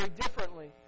differently